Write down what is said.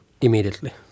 immediately